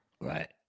Right